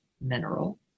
mineral